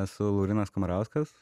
esu laurynas kamarauskas